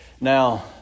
now